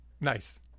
nice